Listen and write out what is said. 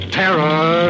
terror